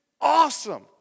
awesome